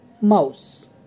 mouse